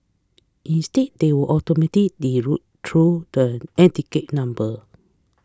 instead they will automatically route through the number